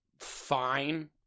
fine